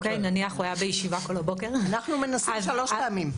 נניח שהוא היה בישיבה כל הבוקר --- אנחנו מנסים שלוש פעמים.